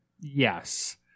yes